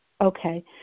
Okay